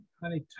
Honey